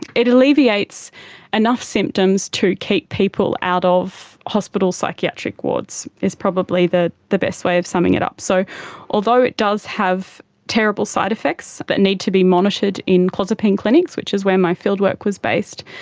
it alleviates enough symptoms to keep people out of hospital psychiatric wards, is probably the the best way of summing it up. so although it does have terrible side-effects that need to be monitored in the clozapine clinics, which is where my fieldwork was based,